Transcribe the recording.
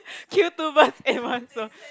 kill two birds in one stone